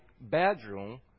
bedroom